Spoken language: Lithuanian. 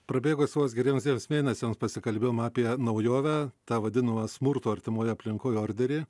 prabėgus vos geriems trims mėnesiams pasikalbėjom apie naujovę tą vadinamą smurto artimoje aplinkoj orderį